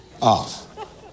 off